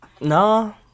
No